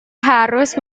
harus